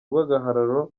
rw’agahararo